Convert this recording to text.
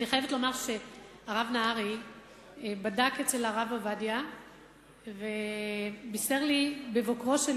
אני חייבת לומר שהרב נהרי בדק אצל הרב עובדיה ובישר לי בבוקרו של